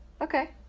okay